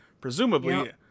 presumably